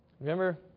Remember